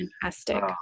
Fantastic